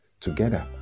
Together